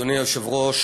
אדוני היושב-ראש,